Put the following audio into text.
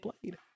played